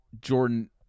Jordan –